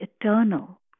eternal